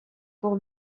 pour